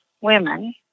women